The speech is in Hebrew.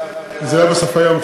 זה לא בסוף היום.